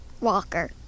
Walker